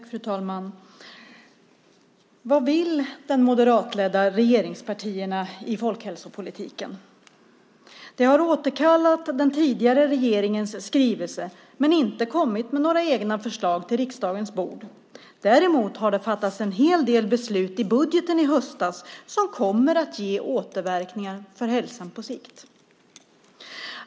Fru talman! Vad vill de moderatledda regeringspartierna i folkhälsopolitiken? De har återkallat den tidigare regeringens skrivelse men inte kommit med några egna förslag till riksdagens bord. Däremot har det fattats en hel del beslut i budgeten i höstas som kommer att ge återverkningar för hälsan på sikt.